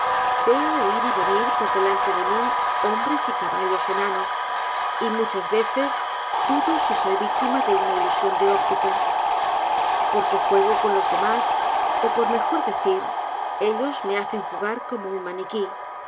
veo ir y venir por de lante de mi hombres y caballos enanos y muchas ve ces dudo si soy víctima de una ilusión de óptica por que juego con los demás ó por mejor decir elfos hacen jugar como un maniquí